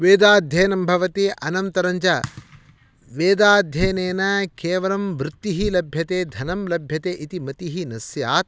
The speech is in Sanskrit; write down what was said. वेदाध्ययनं भवति अनन्तरञ्च वेदाध्ययनेन केवलं वृत्तिः लभ्यते धनं लभ्यते इति मतिः न स्यात्